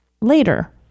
later